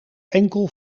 enkel